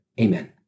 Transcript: Amen